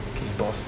给你 boss